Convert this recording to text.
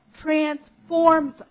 transforms